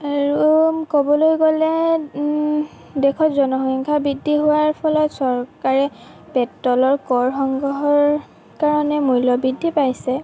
আৰু কবলৈ গ'লে দেশৰ জনসংখ্যা বৃদ্ধি হোৱাৰ ফলত চৰকাৰে পেট্ৰলৰ কৰ সংগ্ৰহৰ কাৰণে মূল্য বৃদ্ধি পাইছে